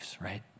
right